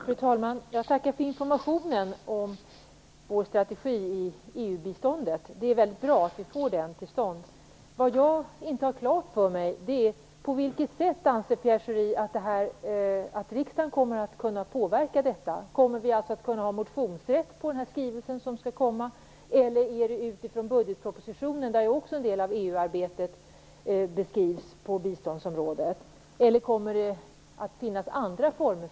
Fru talman! Jag tackar för informationen om vår strategi i fråga om EU-biståndet. Det är väldigt bra att vi får den till stånd. Vad jag inte har klart för mig är på vilket sätt Pierre Schori anser att riksdagen kommer att kunna påverka detta. Kommer vi att ha motionsrätt på den skrivelse som skall komma, blir det utifrån budgetpropositionen, där ju också en del av EU-arbetet på biståndsområdet beskrivs, eller kommer det att finnas andra former?